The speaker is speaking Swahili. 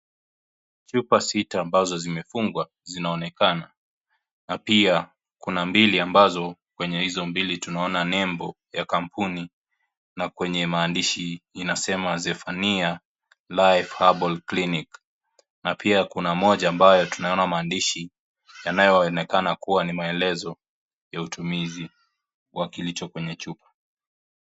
Chupa sita ambazo zimefungwa zinaonekana, na pia kuna mbili ambazo kwa hizo mbili tunaona nembo ya kampuni na kwenye maandishi inasema Zephania Life Herbal Clinic, na pia kuna moja amabyo tunaona maandishi yanaoonekana kuwa ni maelezo ya utumizi wa kilicho kwenye chupa.